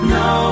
no